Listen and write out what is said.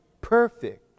perfect